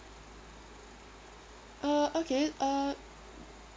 uh okay uh